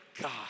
God